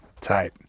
Tight